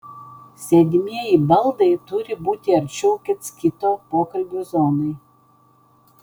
sėdimieji baldai turi būti arčiau kits kito pokalbių zonai